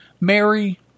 Mary